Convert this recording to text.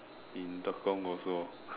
in Tekong also